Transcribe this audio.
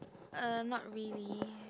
uh not really